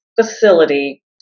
facility